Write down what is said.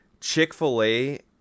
Chick-fil-A